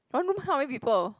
oh normally how many people